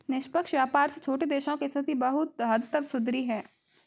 निष्पक्ष व्यापार से छोटे देशों की स्थिति बहुत हद तक सुधरी है